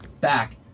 back